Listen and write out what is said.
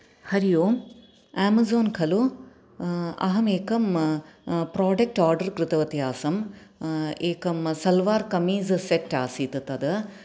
हरि ओम् Amazon खलु अहं एकं प्रोडक्ट् ओर्डर् कृतवति आसम् एकं सलवारकमीज्सेट् आसीत् तद्